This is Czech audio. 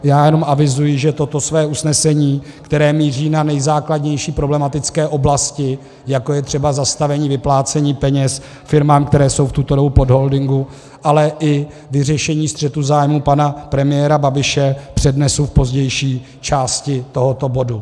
Já jenom avizuji, že toto své usnesení, které míří na nejzákladnější problematické oblasti, jako je třeba zastavení vyplácení peněz firmám, které jsou v tuto dobu pod holdingem, ale i vyřešení střetu zájmů pana premiéra Babiše, přednesu v pozdější části tohoto bodu.